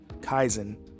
kaizen